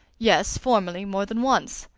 yes, formerly, more than once,